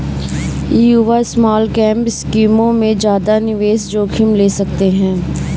युवा स्मॉलकैप स्कीमों में ज्यादा निवेश जोखिम ले सकते हैं